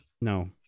No